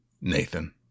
Nathan